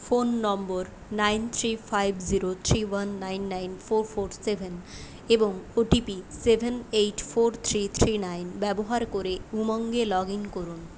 phone number nine three five zero three one nine nine four four seven এবং OTP seven eight four three three nine ব্যবহার করে উমঙে log in করুন